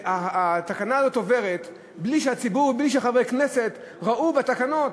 שהתקנה הזאת עוברת בלי שהציבור ובלי שחברי הכנסת ראו בתקנות,